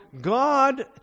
God